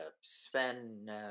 Sven